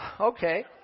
okay